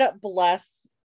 bless